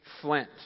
Flint